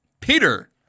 Peter